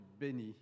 bénis